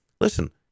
listen